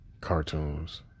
Cartoons